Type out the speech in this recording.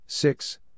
Six